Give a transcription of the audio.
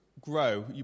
grow